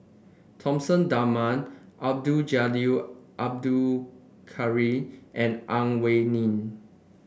Thomas Dunman Abdul Jalil Abdul Kadir and Ang Wei Neng